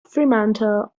fremantle